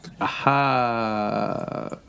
Aha